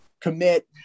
Commit